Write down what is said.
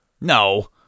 No